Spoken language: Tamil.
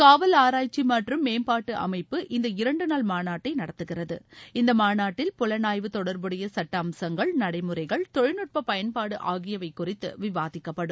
காவல் ஆராய்ச்சி மற்றும் மேம்பாட்டு அமைப்பு இந்த இரண்டு நாள் மாநாட்டை நடத்துகிறது இந்த மாநாட்டில் புலனாய்வு தொடர்புடைய சட்ட அம்சங்கள் நடைமுறைகள் தொழில்நுட்ப பயன்பாடு ஆகியவை குறித்து விவாதிக்கப்படும்